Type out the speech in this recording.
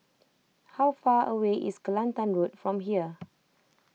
how far away is Kelantan Road from here